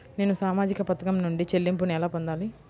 నేను సామాజిక పథకం నుండి చెల్లింపును ఎలా పొందాలి?